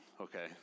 okay